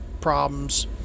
problems